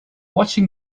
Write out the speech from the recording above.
watching